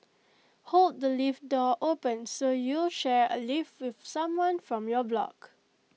hold the lift door open so you'll share A lift with someone from your block